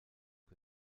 que